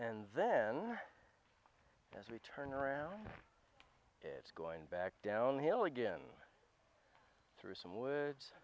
and then as we turn around it's going back downhill again through some woods